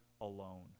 alone